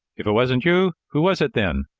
if it wasn't you, who was it, then?